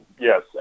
yes